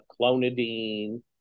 Clonidine